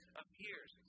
appears